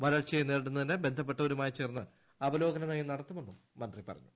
വരൾച്ച്യെ നേരിടുന്നതിന് ബന്ധപ്പെട്ടവരുമായി ചേർന്ന് അവലോകനനയും നട്ടത്തുമെന്നും മന്ത്രി അറിയിച്ചു